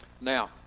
Now